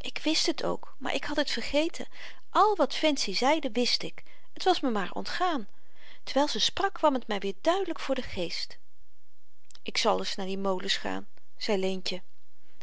ik wist het ook maar ik had het vergeten al wat fancy zeide wist ik het was me maar ontgaan terwyl ze sprak kwam t my weer duidelyk voor den geest ik zal eens naar die molens gaan zei leentje